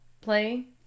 play